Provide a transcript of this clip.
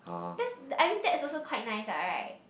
that's that I mean that's also quite nice lah right